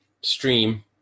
stream